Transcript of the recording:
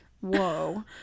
Whoa